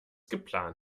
geplant